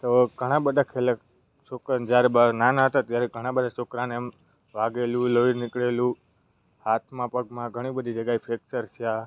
તો ઘણા બધા ખેલક છોકરાને જ્યારે બધા નાના હતા ત્યારે ઘણા બધા છોકરાને એમ વાગેલું લોહી નીકળેલું હાથમાં પગમાં ઘણી બધી જગ્યાએ ફેક્ચર થયા